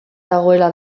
dagoela